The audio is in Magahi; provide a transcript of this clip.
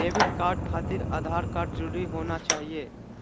डेबिट कार्ड खातिर आधार कार्ड जरूरी होना चाहिए?